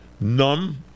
Numb